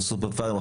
או סופר-פארמים,